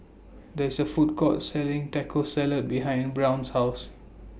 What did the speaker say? There IS A Food Court Selling Taco Salad behind Brown's House